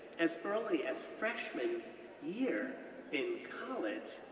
as early as freshman year in college,